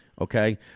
Okay